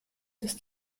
ist